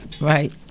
Right